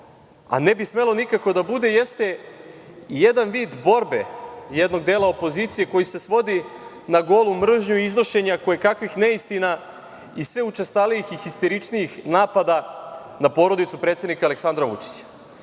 a ne bi smelo nikako da bude, jeste i jedan vid borbe jednog dela opozicije koji se svodi na golu mržnju i iznošenje kojekakvih neistina i sve učestalijih i histeričnijih napada na porodicu predsednika Aleksandra Vučića.